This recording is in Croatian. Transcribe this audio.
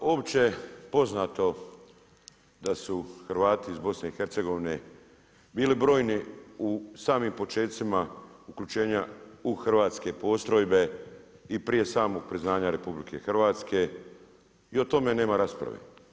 Pa opće poznato da su Hrvati iz BiH-a bili brojni u samim počecima uključena u hrvatske postrojbe i prije samog priznanja RH i o tome nema rasprave.